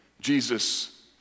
Jesus